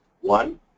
One